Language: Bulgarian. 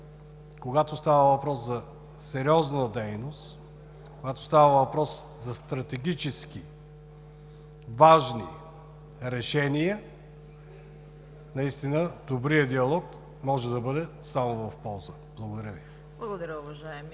когато става въпрос за сериозна дейност, когато става въпрос за стратегически важни решения, наистина добрият диалог може да бъде само от полза. Благодаря Ви. ПРЕДСЕДАТЕЛ